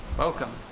welcome